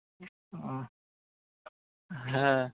হ্যাঁ